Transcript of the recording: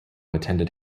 attended